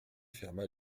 ferma